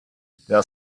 der